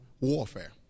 warfare